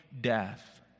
death